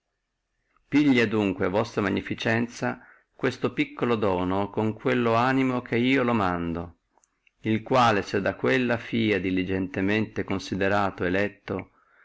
pigli adunque vostra magnificenzia questo piccolo dono con quello animo che io lo mando il quale se da quella fia diligentemente considerato e letto